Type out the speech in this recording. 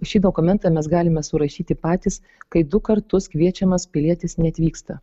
šį dokumentą mes galime surašyti patys kai du kartus kviečiamas pilietis neatvyksta